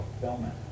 fulfillment